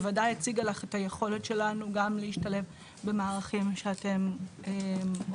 בוודאי הציגה לך את היכולת שלנו גם להשתלב במערכים שאתם עושים.